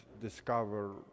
discover